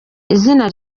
izina